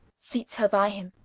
seats her by him.